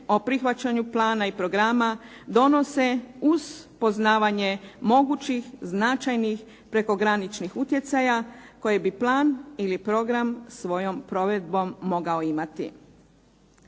o prihvaćanju plana i programa donose uz poznavanje mogućih značajnih prekograničnih utjecaja koje bi plan ili program svojom provedbom mogao imati.